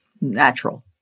natural